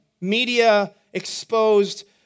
media-exposed